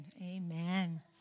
Amen